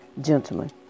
gentlemen